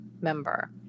member